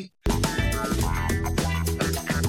(הישיבה נפסקה בשעה 18:05 ונתחדשה